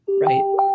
right